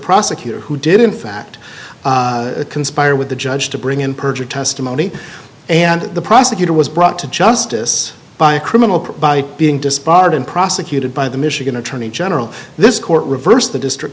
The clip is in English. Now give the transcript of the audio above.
prosecutor who did in fact conspire with the judge to bring in perjured testimony and the prosecutor was brought to justice by a criminal probe by being disbarred and prosecuted by the michigan attorney general this court reversed the district